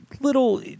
little